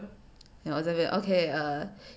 then 我在那边 okay err